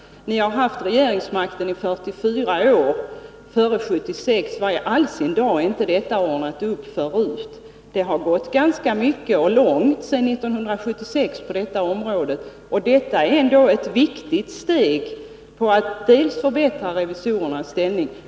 Ni hade regeringsmakten i 44 år före 1976. Varför i all sin dar har inte detta ordnats upp förut? Det har hänt ganska mycket på detta område sedan 1976. Detta är ändå ett viktigt steg för att förbättra revisorernas ställning.